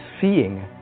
seeing